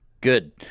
good